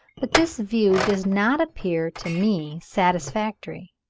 but this view does not appear to me satisfactory.